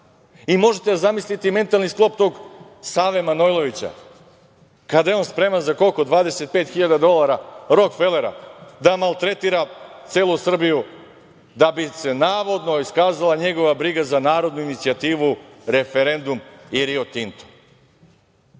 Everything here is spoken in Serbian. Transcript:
Možete zamisliti mentalni sklop tog Save Manojlovića, kada je on spreman, za koliko, 25.000 dolara Rokfelera, da maltretira celu Srbiju, da bi se navodno iskazala njegova briga za narodnu inicijativu, referendum i „Rio Tinto“.